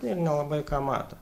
ir nelabai ką mato